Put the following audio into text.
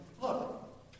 Look